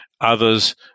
Others